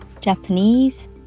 Japanese